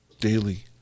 daily